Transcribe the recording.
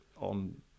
on